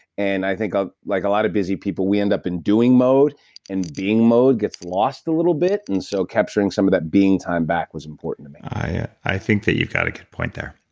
and i think ah like a lot of busy people, we end up in doing mode and being mode gets lost a little bit. and so, capturing some of that being time back was important to me i i think that you've got a good point there.